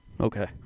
Okay